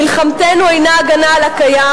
מלחמתנו אינה הגנה על הקיים,